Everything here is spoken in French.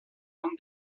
bande